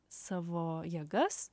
savo jėgas